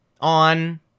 on